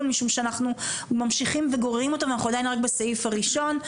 משום שאנחנו ממשיכים וגוררים אותו ואנחנו עדיין רק בסעיף הראשון.